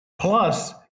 Plus